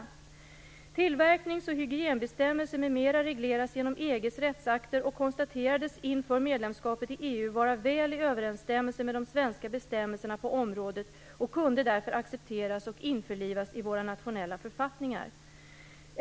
Tillverknings och hygienbestämmelser m.m. regleras genom EG:s rättsakter och konstaterades inför medlemskapet i EU vara väl i överensstämmelse med de svenska bestämmelserna på området och kunde därför accepteras och införlivas i våra nationella författningar.